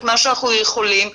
את מה שאנחנו יכולים,